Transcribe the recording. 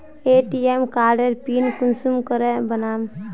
ATM कार्डेर pin कुंसम के बनाम?